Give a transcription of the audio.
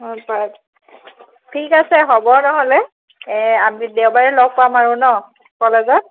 হয় প ঠিক আছে হ'ব নহ'লে এই আমি দেওবাৰে লগ পাম আৰু ন কলেজত